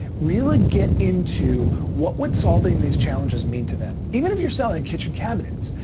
really get into what would solving these challenges mean to them. even if you're selling kitchen cabinets.